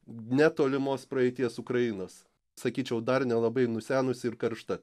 netolimos praeities ukrainos sakyčiau dar nelabai nusenusi ir karšta